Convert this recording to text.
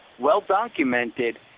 well-documented